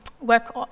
work